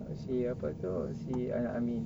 si apa tu si amin